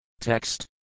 Text